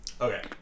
Okay